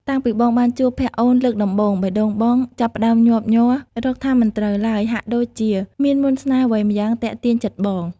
តាំងពីបងបានជួបភក្រ្តអូនលើកដំបូង បេះដូងបងចាប់ផ្តើមញាប់ញ័ររកថាមិនត្រូវឡើយ ហាក់ដូចជាមានមន្តស្នេហ៍អ្វីម្យ៉ាងទាក់ទាញចិត្តបង។